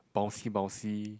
bouncy bouncy